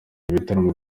ibitaramo